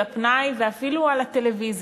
על הפנאי ואפילו על הטלוויזיה.